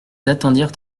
attendirent